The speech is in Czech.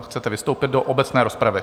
Chcete vystoupit do obecné rozpravy?